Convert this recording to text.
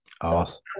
Awesome